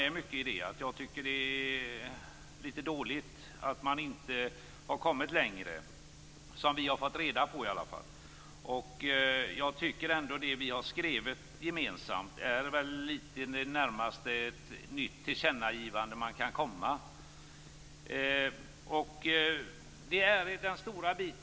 Det är lite dåligt att man inte har kommit längre - i alla fall som vi fått reda på. Det vi gemensamt har skrivit är väl så nära ett nytt tillkännagivande som man kan komma.